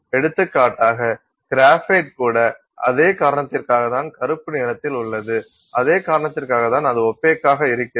எடுத்துக்காட்டாக கிராஃபைட் கூட அதே காரணத்திற்காக தான் கருப்பு நிறத்தில் உள்ளது அதே காரணத்திற்காக தான் அது ஒப்பேக்காக இருக்கிறது